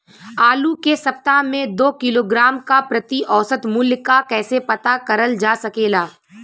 आलू के सप्ताह में दो किलोग्राम क प्रति औसत मूल्य क कैसे पता करल जा सकेला?